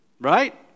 Right